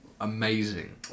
amazing